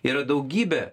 yra daugybė